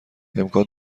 امکان